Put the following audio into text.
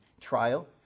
trial